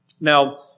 Now